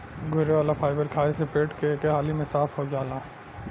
घुले वाला फाइबर खाए से पेट एके हाली में साफ़ हो जाला